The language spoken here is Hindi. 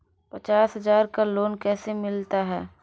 पचास हज़ार का लोन कैसे मिलता है?